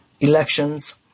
elections